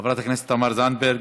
חברת הכנסת תמר זנדברג,